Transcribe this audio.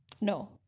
No